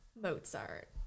Mozart